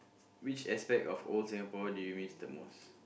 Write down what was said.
which aspect of old Singapore do you miss the most